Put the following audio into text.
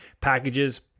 Packages